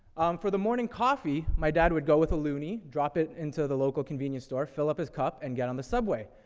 um, for the morning coffee, my dad would go with a loonie, drop it into the local convenience store, fill up his cup, and get on the subway.